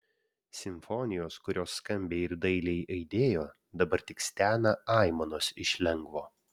simfonijos kurios skambiai ir dailiai aidėjo dabar tik stena aimanos iš lengvo